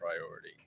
priority